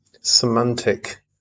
semantic